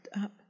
up